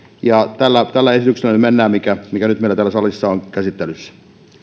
ja tällä tällä esityksellä mennään mikä mikä nyt meillä täällä salissa on käsittelyssä